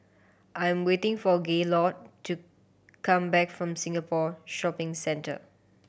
I'm waiting for Gaylord to come back from Singapore Shopping Centre